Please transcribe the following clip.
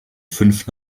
fünf